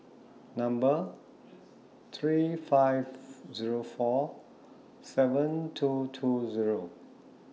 Number three five Zero four seven two two Zero